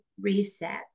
reset